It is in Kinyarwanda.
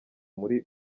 muri